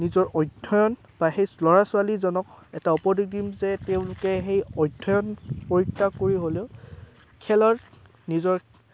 নিজৰ অধ্যয়ন বা ল'ৰা ছোৱালীজনীক এটা উপদেশ দিম যে তেওঁলোকে সেই অধ্যয়ন পৰিত্যাগ কৰি হ'লেও খেলত নিজৰ